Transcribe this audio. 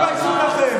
תודה רבה.